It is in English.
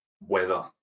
weather